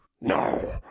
No